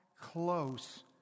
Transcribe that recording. close